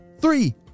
three